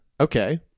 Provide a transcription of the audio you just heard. okay